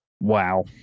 wow